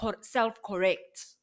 self-correct